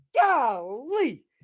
Golly